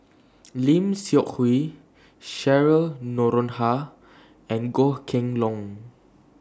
Lim Seok Hui Cheryl Noronha and Goh Kheng Long